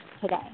today